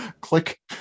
click